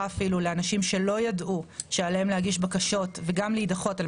לאנשים שלא ידעו שעליהם להגיש בקשות וגם להידחות על